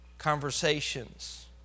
conversations